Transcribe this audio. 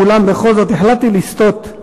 אולם בכל זאת החלטתי לסטות,